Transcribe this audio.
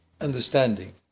understanding